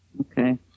Okay